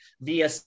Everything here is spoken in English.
via